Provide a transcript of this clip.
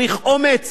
צריך אומץ